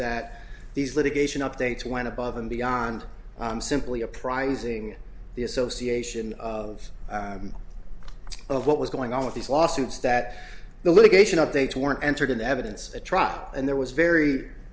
that these litigation updates went above and beyond simply uprising the association of what was going on with these lawsuits that the litigation updates were entered into evidence at trial and there was very